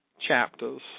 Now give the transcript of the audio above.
chapters